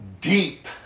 deep